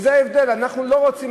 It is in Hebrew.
וזה ההבדל: אנחנו לא רוצים,